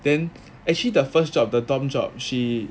then actually the first job the top job she